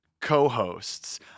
co-hosts